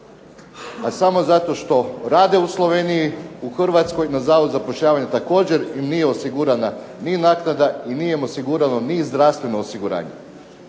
a samo zato što rade u Sloveniji u Hrvatskoj na Zavod za zapošljavanje također im nije osigurana ni naknada i nije im osigurano ni zdravstveno osiguranje.